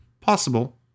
Possible